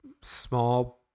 small